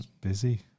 busy